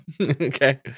Okay